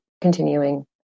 continuing